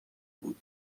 بود